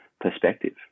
perspective